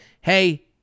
hey